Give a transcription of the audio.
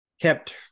kept